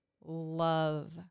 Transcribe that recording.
Love